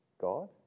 God